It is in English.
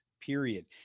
period